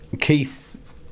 Keith